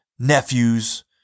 nephews